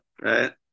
Right